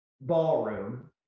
ballroom